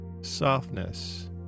softness